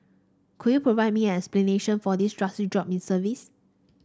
could you provide me an explanation for this drastic drop in service